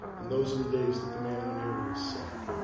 and those are the days that the man in the mirror is sad.